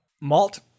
malt